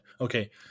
okay